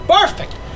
Perfect